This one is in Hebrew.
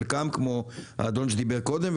חלקם כמו האדון שדיבר קודם,